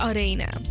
Arena